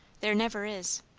there never is.